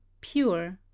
pure